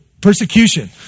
Persecution